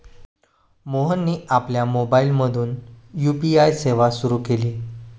मोहनने आपल्या मोबाइलमधून यू.पी.आय सेवा सुरू केली